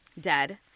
dead